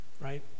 right